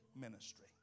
ministry